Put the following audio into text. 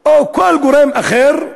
או כל גורם אחר,